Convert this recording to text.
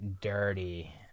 dirty